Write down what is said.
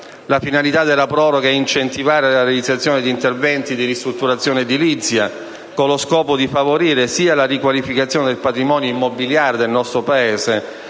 La finalità della proroga è incentivare la realizzazione di interventi di ristrutturazione edilizia con lo scopo di favorire sia la riqualificazione del patrimonio immobiliare del nostro Paese